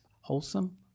wholesome